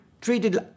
treated